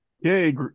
Yay